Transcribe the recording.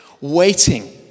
waiting